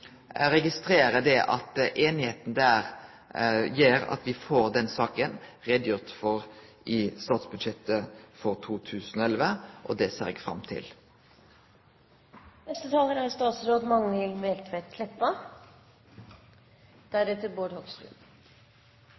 Eg registrerer at einigheita der gjer at den saka vil bli gjort greie for i statsbudsjettet for 2011, og det ser eg fram til. Samleproposisjon 127 S er